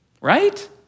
Right